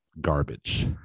garbage